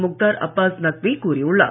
முக்தார் அபாஸ் நக்வி கூறியுள்ளார்